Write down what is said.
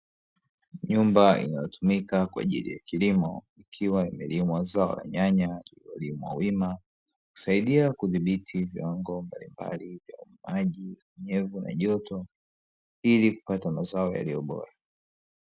Nyumba inayotumika kwa ajili ya kilimo, ikiwa imelimwa zao la nyanya yaliyolimwa wima, husaidia kudhibiti viwango mbalimbali vya maji, unyevu na joto, ili kupata mazao yaliyo bora.